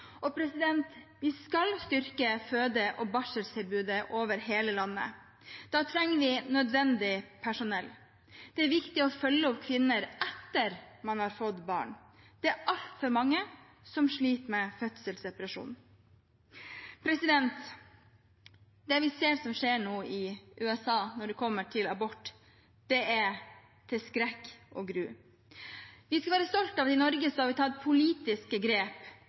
Vi skal styrke føde- og barseltilbudet over hele landet. Da trenger vi nødvendig personell. Det er viktig å følge opp kvinner etter at de har fått barn. Det er altfor mange som sliter med fødselsdepresjon. Det vi ser skjer nå i USA når det gjelder abort, er til skrekk og gru. Vi skal være stolte av at i Norge har vi tatt politiske grep